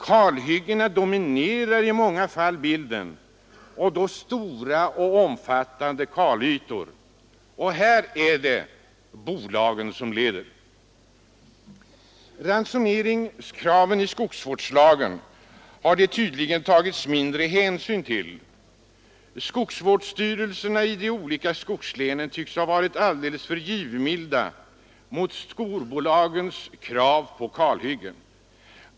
Kalhyggena dominerar i många fall bilden — och då stora och omfattande kalytor. Här är det också bolagen som leder. Ransoneringskraven i skogsvårdslagen har det tydligen tagits mindre hänsyn till. Skogsvårdsstyrelserna i de olika skogslänen tycks ha varit alldeles för givmilda mot skogsbolagens krav på kalhyggen.